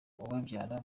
ubabyara